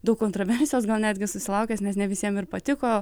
daug kontroversijos gal netgi susilaukęs nes ne visiem ir patiko